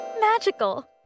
magical